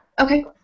okay